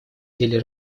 деле